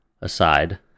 aside